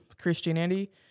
Christianity